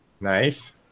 Nice